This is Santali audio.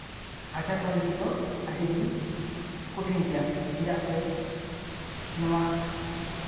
ᱟᱡᱷᱟᱴ ᱦᱚᱲ ᱞᱟᱹᱜᱤᱫ ᱫᱚ ᱟᱹᱰᱤᱜᱮ ᱠᱚᱴᱷᱤᱱ ᱜᱮᱭᱟ ᱪᱮᱫᱟᱜ ᱥᱮ ᱱᱚᱣᱟ